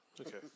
Okay